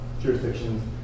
jurisdictions